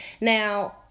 Now